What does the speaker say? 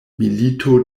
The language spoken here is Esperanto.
milito